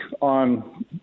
on